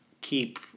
keep